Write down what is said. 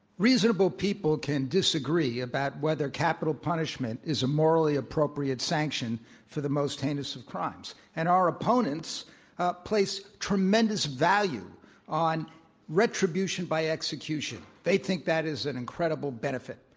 reasonable people can disagree about whether capital punishment is a morally appropriate sanction for the most heinous of c rimes. and our opponents place tremendous value on retribution by execution. they think that is an incredible benefit.